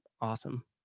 awesome